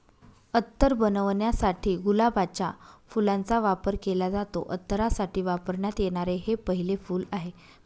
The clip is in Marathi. अत्तर बनवण्यासाठी गुलाबाच्या फुलाचा वापर केला जातो, अत्तरासाठी वापरण्यात येणारे हे पहिले फूल आहे